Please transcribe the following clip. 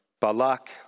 Balak